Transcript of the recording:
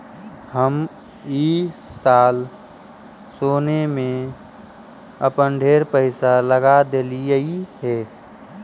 हम ई साल सोने में अपन ढेर पईसा लगा देलिअई हे